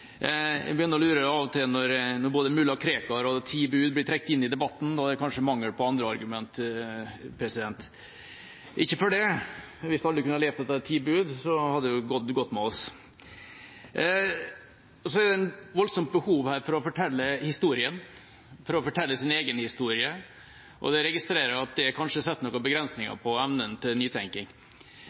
Jeg begynner av og til å lure på, når både mulla Krekar og de ti bud blir trukket inn i debatten, om det kanskje er mangel på argumenter. Men ikke for det – hvis alle kunne ha levd etter de ti bud, hadde det gått godt med oss. Så er det et voldsomt behov for å fortelle historien – for å fortelle sin egen historie. Jeg registrerer at det kanskje setter noen begrensninger på evnen til nytenking.